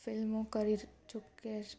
ફિલ્મો કરી ચુક્યા છે